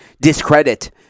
discredit